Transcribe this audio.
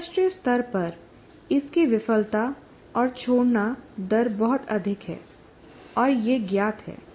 अंतरराष्ट्रीय स्तर पर इसकी विफलता और छोड़ना दर बहुत अधिक है और यह ज्ञात है